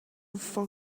for